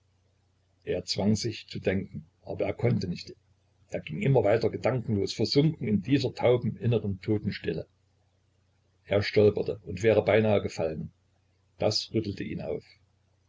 er zwang sich zu denken aber er konnte nicht er ging immer weiter gedankenlos versunken in dieser tauben inneren totenstille er stolperte und wäre beinahe gefallen das rüttelte ihn auf